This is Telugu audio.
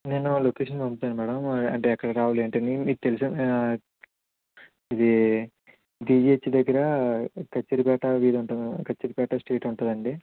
నేను లొకేషన్ పంపుతాను మేడం అంటే ఎక్కడికి రావాలి ఏంటి అని మీకు తెలిసే ఇదీ జీజీహెచ్ దగ్గిరా కచ్చిరిపేట వీధి ఉంటుంది మేడం కచ్చిరిపేట స్ట్రీట్ ఉంటుందండి